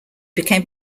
became